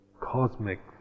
cosmic